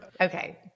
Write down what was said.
okay